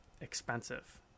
Expensive